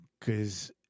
Cause